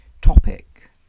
topic